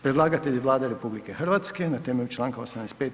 Predlagatelj je Vlada RH na temelju čl. 85.